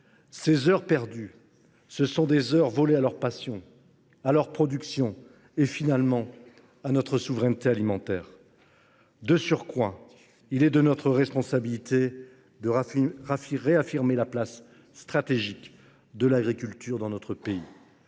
Ces heures perdues sont des heures volées à leur passion, à leur production et, finalement, à notre souveraineté alimentaire. Il est de notre responsabilité de réaffirmer la place stratégique de l’agriculture dans notre pays,